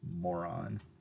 moron